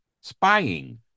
spying